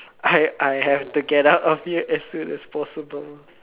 I I have to get out of here as soon as possible